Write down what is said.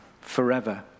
forever